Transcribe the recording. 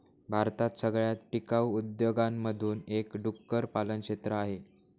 भारतात सगळ्यात टिकाऊ उद्योगांमधून एक डुक्कर पालन क्षेत्र आहे